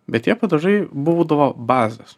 bet tie padažai būdavo bazės